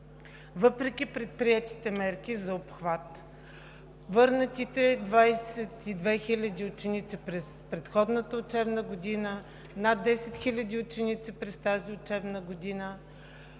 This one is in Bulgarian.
Въпреки предприетите мерки за обхват, върнатите 22 хиляди ученици през предходната учебна година, над 10 хиляди ученици през тази учебна година,